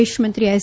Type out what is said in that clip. વિદેશ મંત્રી એસ